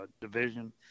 division